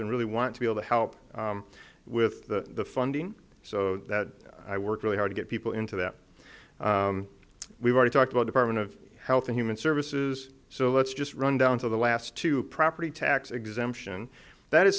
and really want to be able to help with the funding so that i work really hard to get people into that we've already talked about department of health and human services so let's just run down to the last two property tax exemption that is